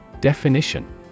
Definition